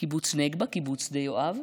קיבוץ נגבה, קיבוץ שדה יואב,